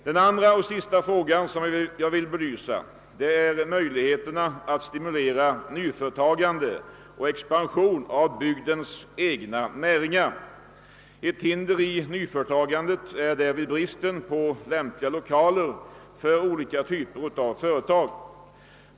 Den andra och sista frågan som jag vill belysa gäller möjligheterna att stimulera nyföretagande och expansion av bygdens egna näringar. Ett hinder i nyföretagandet är därvid bristen på lämpliga lokaler för olika typer av företag.